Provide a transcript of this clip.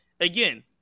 again